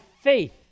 faith